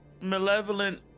malevolent